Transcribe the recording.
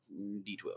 D12